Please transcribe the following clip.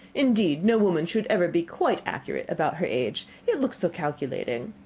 indeed, no woman should ever be quite accurate about her age. it looks so calculating.